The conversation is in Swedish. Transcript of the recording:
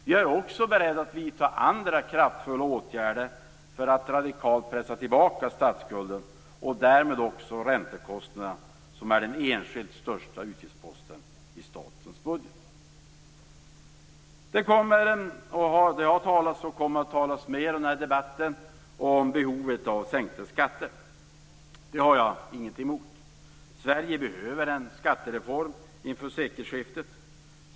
Jag är också beredd att vidta andra kraftfulla åtgärder för att radikalt pressa tillbaka statsskulden och därmed också räntekostnaderna, som är den enskilt största utgiftsposten i statens budget. Det har talats och kommer att talas mycket om behovet av sänkta skatter i den här debatten. Det har jag inget emot. Sverige behöver en skattereform inför sekelskiftet.